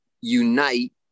unite